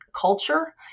culture